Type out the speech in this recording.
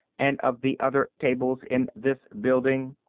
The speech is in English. and of the other tables in this building.